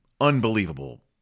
unbelievable